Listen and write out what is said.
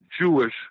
Jewish